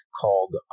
called